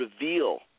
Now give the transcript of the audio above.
reveal